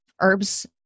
herbs